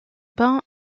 bain